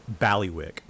Ballywick